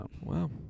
wow